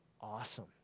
awesome